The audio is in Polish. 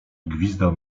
gwizdał